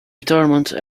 retirement